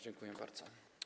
Dziękuję bardzo.